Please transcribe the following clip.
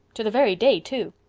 to the very day, too.